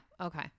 Okay